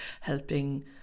helping